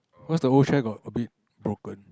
because the old chair got a bit broken